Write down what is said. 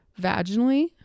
vaginally